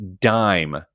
dime